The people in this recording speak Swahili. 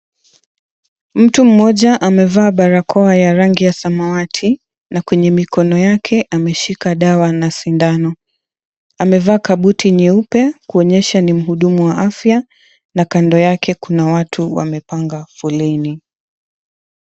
Mtu mmoja amevaa barakoa ya rangi ya samawati na kwenye mikono yake ameshika dawa na sindano. Amevaa kabuti nyeupe kuonyesha ni mhudumu wa afya na kando yake kuna watu wamepanga foleni.